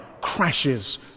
crashes